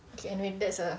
okay anyway that's a